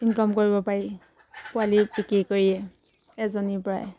income কৰিব পাৰি পোৱালি বিক্ৰী কৰিয়ে এজনীৰপৰাই